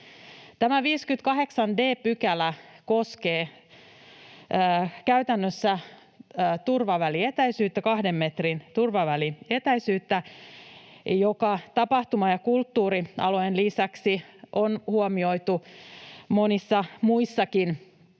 Tämä 58 d § koskee käytännössä kahden metrin turvavälietäisyyttä, joka tapahtuma- ja kulttuurialojen lisäksi on huomioitu monissa muissakin